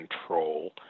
control